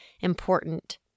important